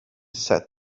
said